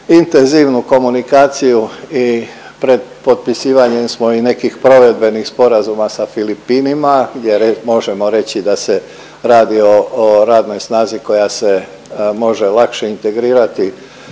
intenzivnu komunikaciju i pred potpisivanjem smo i nekih provedbenih sporazuma sa Filipinima, gdje možemo reći da se radi o radnoj snazi koja se može lakše integrirati